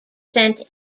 sent